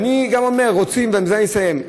ואני גם אומר, ובזה אני מסיים: